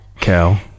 Cal